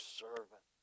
servant